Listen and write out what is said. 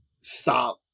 stop